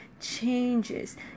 Changes